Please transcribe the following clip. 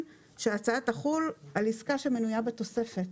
שההצעה תחול על עסקה שמנויה בתוספת,